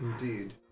Indeed